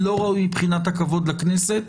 לא ראוי מבחינת הכבוד לכנסת,